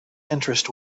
interest